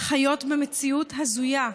חיות במציאות הזויה: